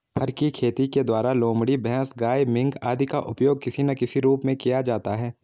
फर की खेती के द्वारा लोमड़ी, भैंस, गाय, मिंक आदि का उपयोग किसी ना किसी रूप में किया जाता है